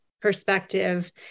perspective